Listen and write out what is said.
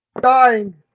dying